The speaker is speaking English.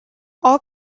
all